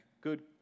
good